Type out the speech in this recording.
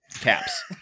caps